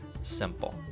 simple